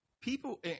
people